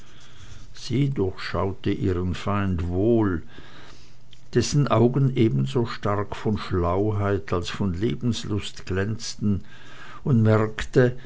sie durchschaute ihren feind wohl dessen augen ebenso stark von schlauheit als von lebenslust glänzten und merkte